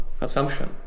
assumption